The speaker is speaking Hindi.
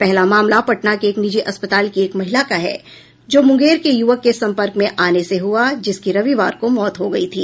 पहला मामला पटना के एक निजी अस्पताल की एक महिला का है जो मुंगेर के युवक के सम्पर्क में आने से हुआ जिसकी रविवार को मौत हो गई थी